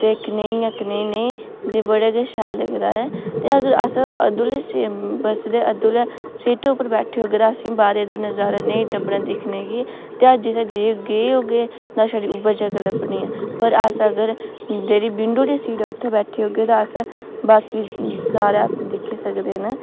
ते कनेही ऐ कनेही नेईं ते बड़ा गै शैल लगदा ऐ ते अगर अस दुई सीटै बस दे दुई सीटै पर बैठे दे होगे तां अस बाह्रै आह्ली दा नजारा नेईं लब्भना दिक्खने गी ते अस जित्थें जे गे होगे बस छड़ी उ'यै जगह् लब्भनी पर अस अगर जेह्ड़ी विंडो आह्ली सीट उत्थें बैठे दे होगे ते अस बाकी सारें अस दिक्खी सकदे न